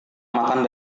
makan